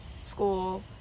school